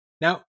now